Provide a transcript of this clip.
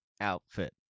outfit